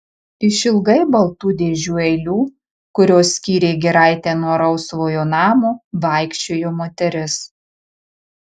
išilgai baltų dėžių eilių kurios skyrė giraitę nuo rausvojo namo vaikščiojo moteris